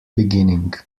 beginning